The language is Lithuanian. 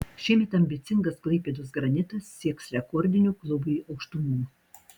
šiemet ambicingas klaipėdos granitas sieks rekordinių klubui aukštumų